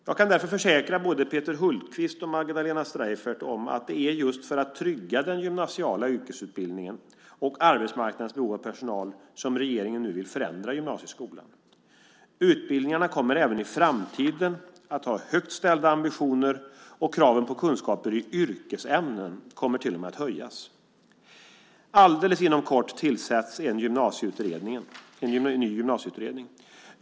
Jag kan därför försäkra både Peter Hultqvist och Magdalena Streijffert om att det är just för att trygga den gymnasiala yrkesutbildningen, och arbetsmarknadens behov av personal, som regeringen nu vill förändra gymnasieskolan. Utbildningarna kommer även i framtiden att ha högt ställda ambitioner, och kraven på kunskaper i yrkesämnen kommer till och med att höjas. Alldeles inom kort tillsätts en ny gymnasieutredning.